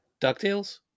DuckTales